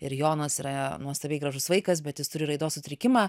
ir jonas yra nuostabiai gražus vaikas bet jis turi raidos sutrikimą